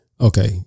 Okay